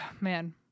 man